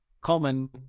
common